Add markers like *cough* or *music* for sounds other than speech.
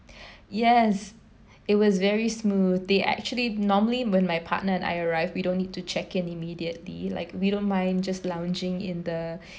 *breath* yes it was very smooth they actually normally when my partner and I arrived we don't need to check in immediately like we don't mind just lounging in the *breath*